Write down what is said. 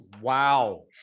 Wow